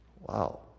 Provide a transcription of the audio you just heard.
Wow